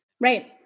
Right